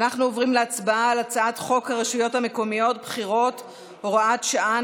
אנחנו עוברים להצבעה על הצעת חוק הרשויות המקומיות (בחירות) (הוראת שעה,